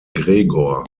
gregor